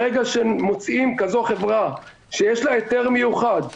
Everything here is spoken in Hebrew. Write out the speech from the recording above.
ברגע שמוצאים כזו חברה שיש לה היתר מיוחד,